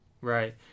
Right